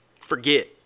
forget